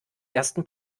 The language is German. ersten